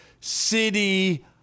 City